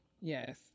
Yes